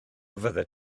fyddet